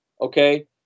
okay